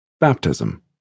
baptism